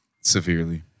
Severely